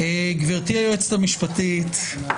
לאחר שיג ושיח עם נציגי הממשלה ישונה לדיווח ליועץ המשפטי אחת